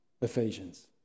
Ephesians